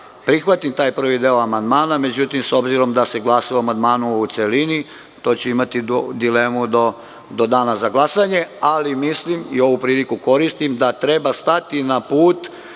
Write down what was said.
prihvatim taj prvi deo amandmana. Međutim, s obzirom da se glasa o amandmanu u celini, to ću imati dilemu do dana za glasanje, ali mislim i ovu priliku koristim da treba stati na put